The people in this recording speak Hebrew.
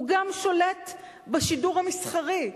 הוא גם שולט בשידור המסחרי.